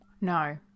No